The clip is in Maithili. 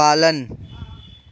पालन